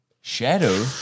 Shadow